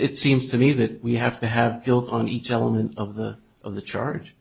it seems to me that we have to have guilt on each element of the of the charge